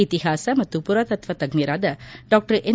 ಇತಿಹಾಸ ಮತ್ತು ಮರಾತತ್ವ ತಜ್ಜರಾದ ಡಾ ಎನ್